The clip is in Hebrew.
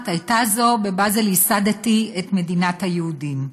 הייתה זו: בבאזל ייסדתי את מדינת היהודים.